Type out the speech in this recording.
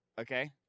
okay